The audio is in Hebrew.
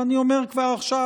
ואני אומר כבר עכשיו,